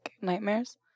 nightmares